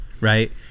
Right